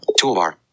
toolbar